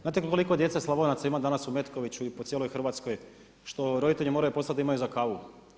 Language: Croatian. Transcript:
Znate koliko djece Slavonaca ima danas u Metkoviću i po cijeloj Hrvatskoj što roditelji moraju poslati da imaju za kavu.